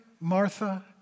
Martha